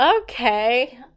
Okay